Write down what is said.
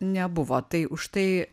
nebuvo tai užtai